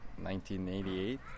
1988